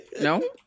No